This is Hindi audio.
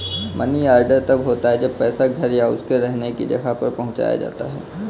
मनी ऑर्डर तब होता है जब पैसा घर या उसके रहने की जगह पर पहुंचाया जाता है